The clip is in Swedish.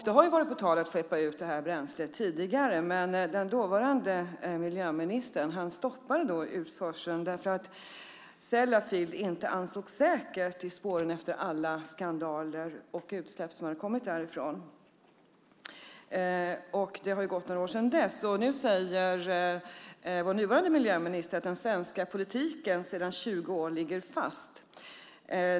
Det har ju varit på tal att skeppa ut detta bränsle tidigare, men den dåvarande miljöministern stoppade utförseln därför att Sellafield inte ansågs säkert i spåren av alla skandaler och utsläpp som hade kommit därifrån. Det har gått några år sedan dess, och nu säger vår nuvarande miljöminister att den svenska politiken sedan 20 år ligger fast.